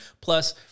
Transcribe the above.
Plus